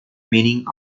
meaning